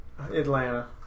Atlanta